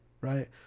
right